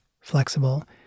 flexible